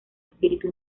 espíritu